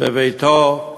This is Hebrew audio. בביתו,